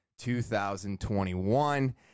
2021